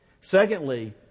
Secondly